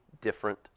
different